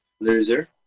Loser